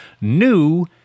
new